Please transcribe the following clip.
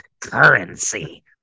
currency